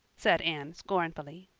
said anne scornfully.